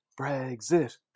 Brexit